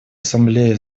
ассамблея